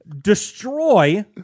destroy